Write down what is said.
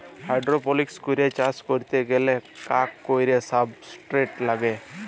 hydroponics করে চাষ ক্যরতে গ্যালে কাক কৈর সাবস্ট্রেট লাগে